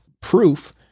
proof